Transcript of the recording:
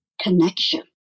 connection